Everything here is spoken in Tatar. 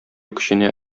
көченә